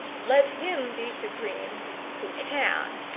let him be supreme who can.